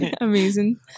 Amazing